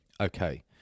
Okay